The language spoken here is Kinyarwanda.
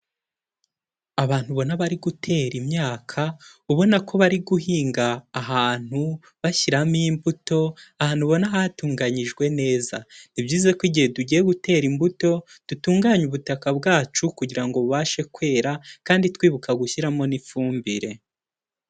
Abantu ubona bari gutera imyaka ubona ko bari guhinga ahantu bashyiramo imbuto ahantu ubona hatunganyijwe neza, ni byiza ko igihe tugiye gutera imbuto dutunganya ubutaka bwacu kugira ngo bubashe kwera kandi twibuka gushyiramo n'ifumbire.